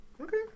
Okay